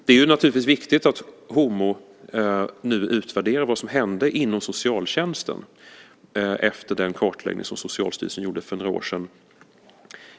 Det är naturligtvis viktigt att HomO nu utvärderar vad som hände inom socialtjänsten efter den kartläggning som Socialstyrelsen gjorde för några år sedan.